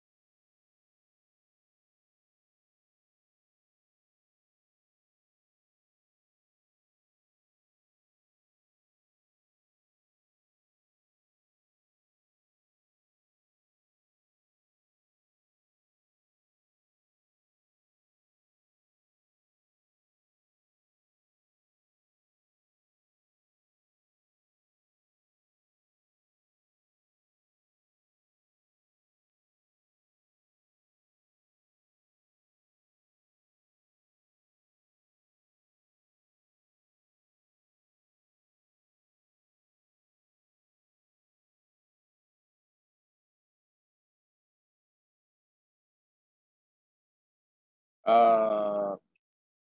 uh